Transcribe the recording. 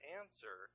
answer